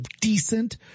decent